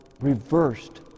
reversed